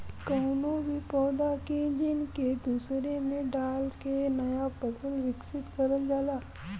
कउनो भी पौधा के जीन के दूसरे में डाल के नया फसल विकसित करल जाला